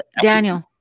Daniel